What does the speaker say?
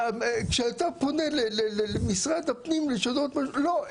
כשאתה פונה למשרד הפנים לשנות משהו לא,